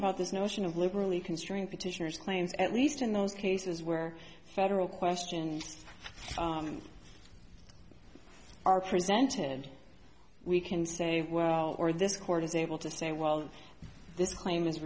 about this notion of literally considering petitioners claims at least in those cases where federal question are presented we can say well or this court is able to say well this claim is